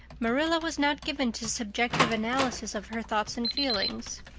marilla was not given to subjective analysis of her thoughts and feelings.